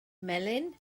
melyn